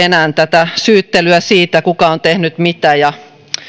enää tätä syyttelyä siitä kuka on tehnyt mitä ja